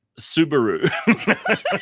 Subaru